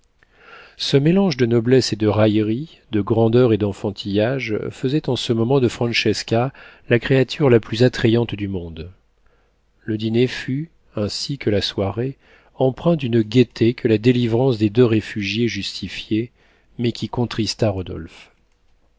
ce mélange de noblesse et de raillerie de grandeur et d'enfantillage faisait en ce moment de francesca la créature la plus attrayante du monde le dîner fut ainsi que la soirée empreint d'une gaieté que la délivrance des deux réfugiés justifiait mais qui contrista rodolphe